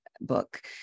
book